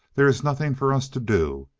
there is nothing for us to do.